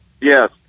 Yes